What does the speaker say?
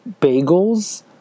bagels